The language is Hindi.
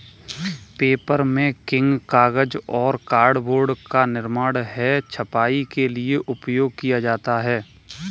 पेपरमेकिंग कागज और कार्डबोर्ड का निर्माण है छपाई के लिए उपयोग किया जाता है